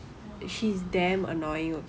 !wah!